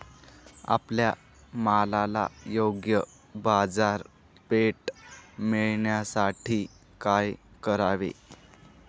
आपल्या मालाला योग्य बाजारपेठ मिळण्यासाठी काय करावे?